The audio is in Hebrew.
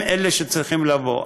הם אלה שצריכים לבוא.